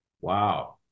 wow